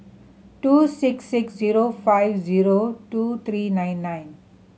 two six six zero five zero two three nine nine